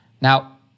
Now